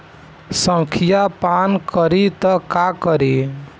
संखिया पान करी त का करी?